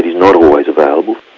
not always available,